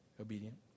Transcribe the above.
Obedient